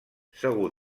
segur